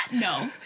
No